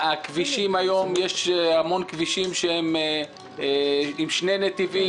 יש היום המון כבישים שהם עם שני נתיבים,